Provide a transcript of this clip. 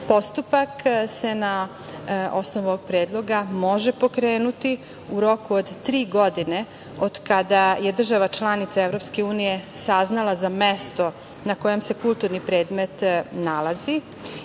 Postupak se na osnovu ovog predloga može pokrenuti i u roku od tri godine od kada je država članica Evropske unije saznala za mesto na kojem se kulturni predmet nalazi